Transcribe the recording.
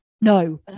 no